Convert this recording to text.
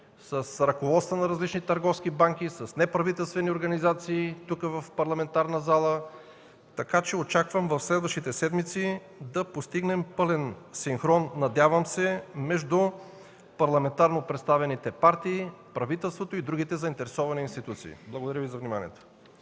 с ръководствата на различни търговски банки, с неправителствени организации тук, в парламентарната зала. Така че очаквам в следващите седмици да постигнем пълен синхрон, надявам се, между парламентарно представените партии, правителството и другите заинтересовани институции. Благодаря Ви за вниманието.